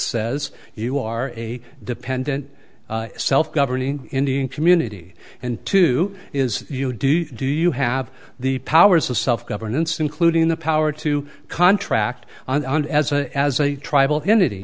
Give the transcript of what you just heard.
says you are a dependent self governing indian community and to is you do do you have the powers of self governance including the power to contract and as a as a tribal